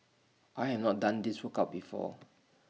I have not done this workout before